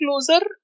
closer